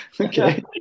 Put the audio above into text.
Okay